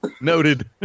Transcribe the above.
Noted